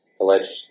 alleged